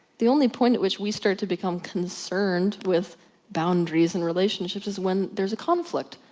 the only point at which we start to become concerned with boundaries in relationships is when there's a conflict.